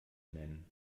nennen